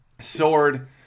sword